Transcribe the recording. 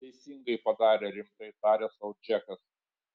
teisingai padarė rimtai tarė sau džekas